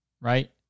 right